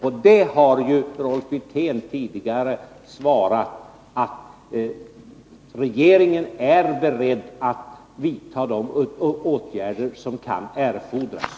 På det har Rolf Wirtén tidigare svarat att regeringen är beredd att vidta de åtgärder som kan erfordras.